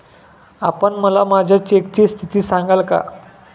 आपण मला माझ्या चेकची स्थिती सांगाल का?